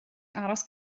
aros